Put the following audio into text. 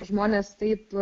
žmonės taip